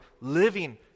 living